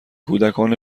کودکان